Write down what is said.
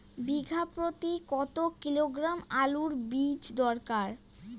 বিঘা প্রতি কত কিলোগ্রাম আলুর বীজ দরকার?